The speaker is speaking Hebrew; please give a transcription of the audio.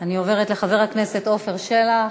אני עוברת לחבר הכנסת עפר שלח,